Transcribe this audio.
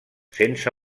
sense